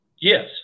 Yes